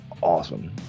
Awesome